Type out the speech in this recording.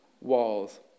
walls